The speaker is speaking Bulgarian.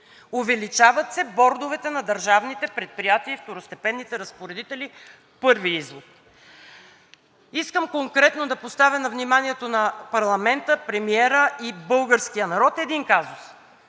увеличават се бордовете на държавните предприятия и второстепенните разпоредители – първи извод. Искам конкретно да поставя на вниманието на парламента, премиера и българския народ един казус.